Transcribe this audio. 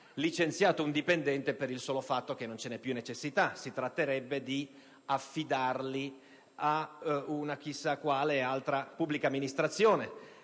licenziato un dipendente per il solo fatto che non ce n'è più necessità: si tratterebbe piuttosto di affidarli ad una chissà quale altra pubblica amministrazione,